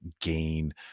gain